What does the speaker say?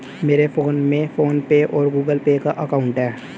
मेरे फोन में PhonePe और गूगल पे का अकाउंट है